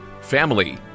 family